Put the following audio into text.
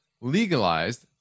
legalized